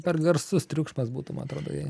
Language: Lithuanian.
per garsus triukšmas būtų man atrodo jai